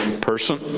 person